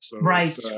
Right